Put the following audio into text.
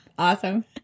Awesome